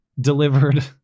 delivered